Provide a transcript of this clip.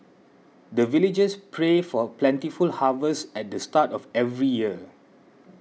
the villagers pray for plentiful harvest at the start of every year